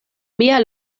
mia